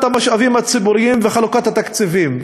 המשאבים הציבוריים וחלוקת התקציבים.